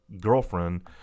girlfriend